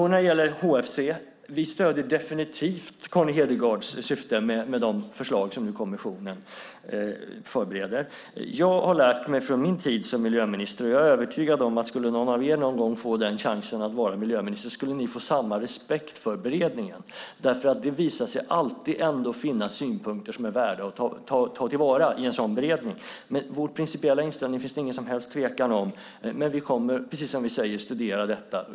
När det gäller HFC stöder vi definitivt Connie Hedegaards syften med de förslag som kommissionen nu förbereder. Jag har under min tid som miljöminister lärt mig att man ska ha respekt för beredningen, och jag är övertygad om att om någon av er någon gång får chansen att vara miljöminister skulle ni ha samma respekt för beredningen. Det visar sig alltid finnas synpunkter som är värda att ta till vara i en sådan beredning. Men vår principiella inställning finns det ingen som helst tvekan om. Men vi kommer, precis som vi säger, studera detta.